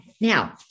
Now